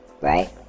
right